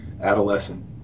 adolescent